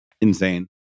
insane